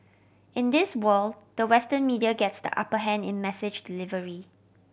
in this world the Western media gets the upper hand in message delivery